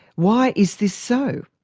why is this so?